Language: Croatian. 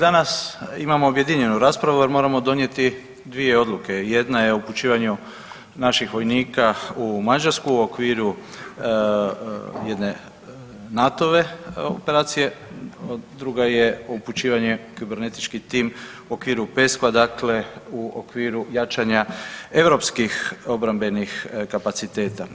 Danas imamo objedinjenu raspravu jer moramo donijeti 2 odluke, jedna je o upućivanju naših vojnika u Mađarsku u okviru jedne NATO-ove operacije, druga je upućivanje kibernetički tim u okviru PESCO-a, dakle u okviru jačanja europskih obrambenih kapaciteta.